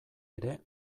ere